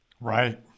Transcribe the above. Right